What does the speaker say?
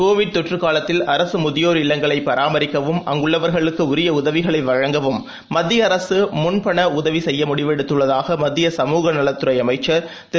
Covid தொற்று காலத்தில் அரசு முதியோர் இல்லங்களைப் பராமரிக்கவும் அங்குளளவர்களுக்கு உரிய உதவிகளை வழங்கவும் மத்திய அரசு முன்பண உதவி செய்ய முடிவெடுத்துள்ளதாக மத்திய கமுக நலத் துறை அமைச்சர் திரு